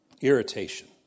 irritation